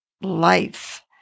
life